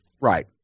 Right